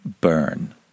burn